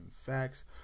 facts